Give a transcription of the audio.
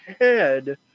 head